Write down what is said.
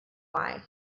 why